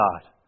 God